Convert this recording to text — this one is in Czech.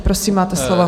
Prosím, máte slovo.